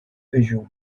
visual